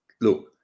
Look